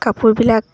কাপোৰবিলাক